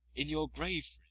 in your grave,